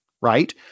right